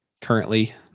currently